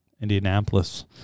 Indianapolis